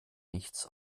nichts